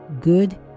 good